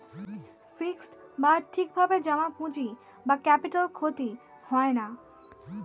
fixed বা ঠিক ভাবে জমা পুঁজি বা ক্যাপিটাল ক্ষতি হয় না